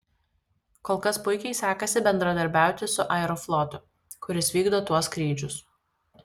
kol kas puikiai sekasi bendradarbiauti su aeroflotu kuris vykdo tuos skrydžius